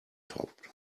top